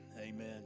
amen